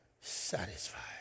satisfied